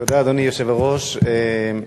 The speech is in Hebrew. אדוני היושב-ראש, תודה,